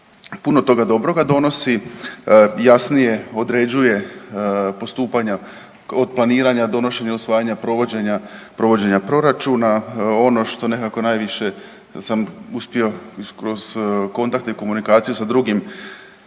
Puno toga dobroga donosi, jasnije određuje postupanja od planiranja, donošenja, usvajanja, provođenja, provođenja proračuna. Ono što nekako najviše sam uspio kroz kontakte i komunikaciju sa drugim,